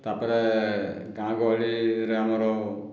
ତାପରେ ଗାଁ ଗହଳିରେ ଆମର